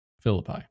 Philippi